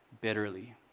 bitterly